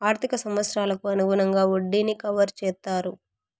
ఆర్థిక సంవత్సరాలకు అనుగుణంగా వడ్డీని కవర్ చేత్తారు